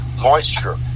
moisture